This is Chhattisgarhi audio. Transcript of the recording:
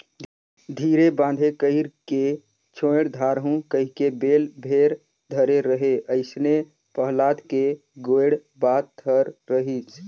धीरे बांधे कइरके छोएड दारहूँ कहिके बेल भेर धरे रहें अइसने पहलाद के गोएड बात हर रहिस